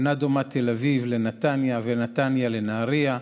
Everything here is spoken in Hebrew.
אינה דומה תל אביב לנתניה ונתניה לנהריה.